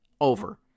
Over